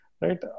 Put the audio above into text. right